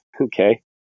okay